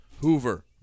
Hoover